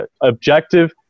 objective